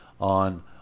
on